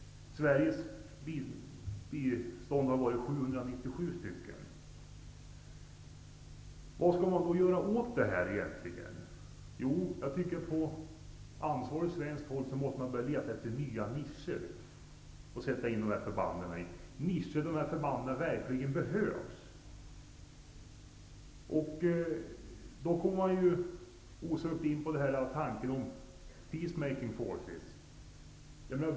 Sveriges bistånd har varit 797 man. Vad skall man då göra åt detta? Jag tycker att man på ansvarigt svenskt håll måste börja leta efter nya nischer där förbanden kan utnyttjas. Nischer där förbanden verkligen behövs. Man kommer då osökt in på peace making forces.